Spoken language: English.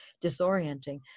disorienting